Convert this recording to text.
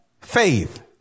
faith